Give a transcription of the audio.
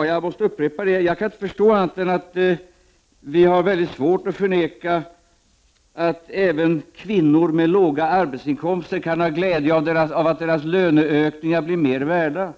Jag måste också upprepa att jag inte kan förstå annat än att ni har mycket svårt att förneka att även kvinnor med låga arbetsinkomster kan ha glädje av att deras löneökningar blir mer värda och av